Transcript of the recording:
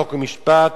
חוק ומשפט.